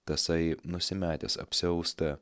tasai nusimetęs apsiaustą